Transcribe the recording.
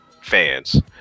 fans